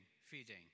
feeding